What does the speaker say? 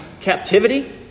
captivity